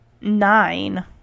nine